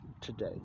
today